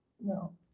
No